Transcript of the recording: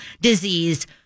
disease